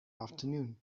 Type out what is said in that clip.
afternoon